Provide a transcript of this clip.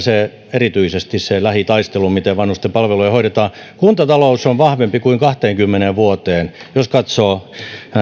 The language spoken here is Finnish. erityisesti se lähitaistelu miten vanhusten palveluja hoidetaan kuntatalous on vahvempi kuin kahteenkymmeneen vuoteen jos katsoo